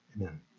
amen